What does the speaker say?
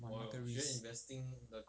monitor risk